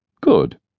Good